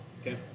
Okay